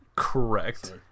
Correct